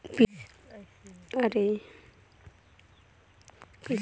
पहिली आदमी मन के जादा पहचान पाती नइ बने रिहिस हे तेखर सेती असानी ले बैंक खाता खुल जावत रिहिस हे